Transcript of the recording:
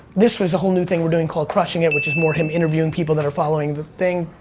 this was a whole new thing we're doing called crushing it, which is more him interviewing people that are following the thing,